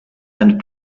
and